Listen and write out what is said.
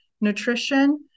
nutrition